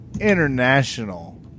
International